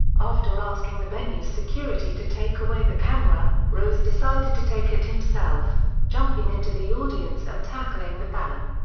after asking the venue's security to take away the camera, rose decided to take it himself, jumping into the audience and tackling the fan.